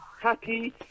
happy